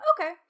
okay